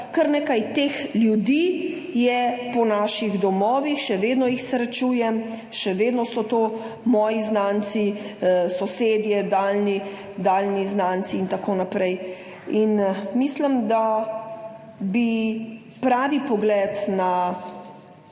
kar nekaj teh ljudi je po naših domovih, še vedno jih srečujem, še vedno so to moji znanci, sosedje, daljni znanci in tako naprej, in mislim, da bi pravi pogled na